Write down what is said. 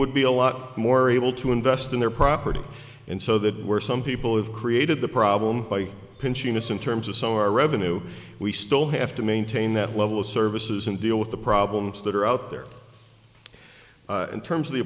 would be a lot more able to invest in their property and so that where some people have created the problem by pinching us in terms of some of our revenue we still have to maintain that level of services and deal with the problems that are out there in terms of the